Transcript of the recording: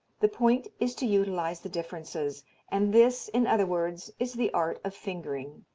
the point is to utilize the differences and this, in other words, is the art of fingering.